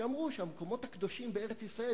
שאמרה שהמקומות הקדושים בארץ-ישראל